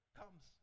comes